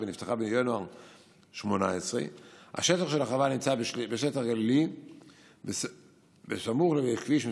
ונפתחה בינואר 2018. השטח של החווה נמצא בשטח גלילי בסמוך לכביש מס'